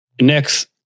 Next